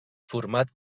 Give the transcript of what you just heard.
format